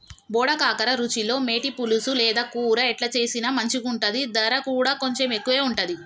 బోడ కాకర రుచిలో మేటి, పులుసు లేదా కూర ఎట్లా చేసిన మంచిగుంటది, దర కూడా కొంచెం ఎక్కువే ఉంటది